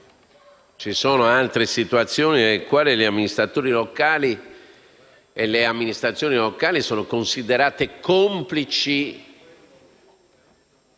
Ci sono altre situazioni nelle quali le amministrazioni locali sono considerate complici